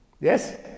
Yes